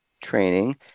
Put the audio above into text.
training